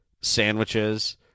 sandwiches